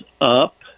up